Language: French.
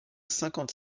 cinquante